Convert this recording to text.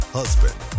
husband